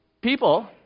People